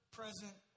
present